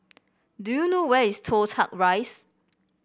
do you know where is Toh Tuck Rise